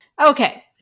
Okay